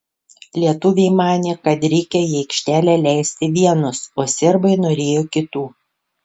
lietuviai manė kad reikia į aikštelę leisti vienus o serbai norėjo kitų